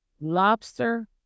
lobster